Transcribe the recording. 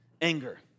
anger